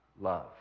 love